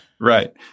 right